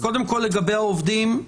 לגבי העובדים,